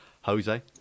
Jose